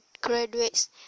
graduates